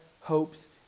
hopes